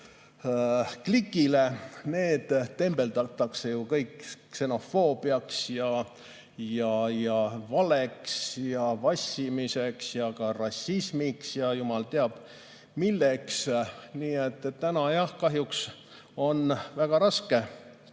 klikile, tembeldatakse ju kõik ksenofoobiaks ja valeks ja vassimiseks, ka rassismiks ja jumal teab, milleks. Nii et täna, jah, kahjuks on väga raske